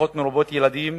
ומשפחות מרובות ילדים